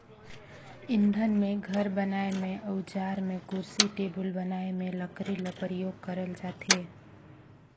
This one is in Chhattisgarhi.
इंधन में, घर बनाए में, अउजार में, कुरसी टेबुल बनाए में लकरी ल परियोग करल जाथे